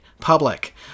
public